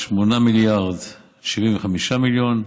8 מיליארד ו-75 מיליון,